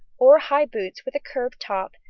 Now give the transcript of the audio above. or high boots with a curved top,